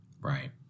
Right